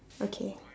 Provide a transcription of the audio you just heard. okay